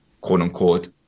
quote-unquote